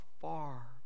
far